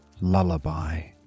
lullaby